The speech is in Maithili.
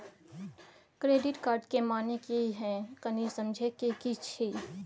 क्रेडिट कार्ड के माने की हैं, कनी समझे कि छि?